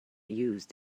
used